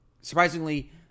Surprisingly